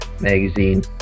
magazine